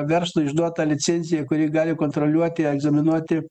verslo išduota licencija kuri gali kontroliuoti egzaminuoti